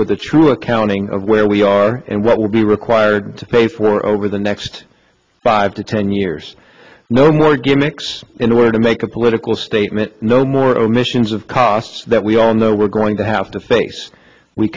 with a true accounting of where we are and what will be required to pay for over the next five to ten years no more gimmicks in order to make a political statement no more omissions of costs that we all know we're going to have to face we